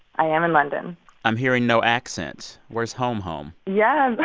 i am in london i'm hearing no accent. where's home home? yeah. but